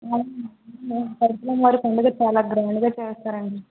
పైపులమ్మ వారి పండగ చాల గ్రాండ్గా చేస్తారండి